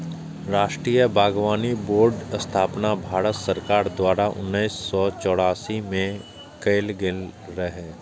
राष्ट्रीय बागबानी बोर्डक स्थापना भारत सरकार द्वारा उन्नैस सय चौरासी मे कैल गेल रहै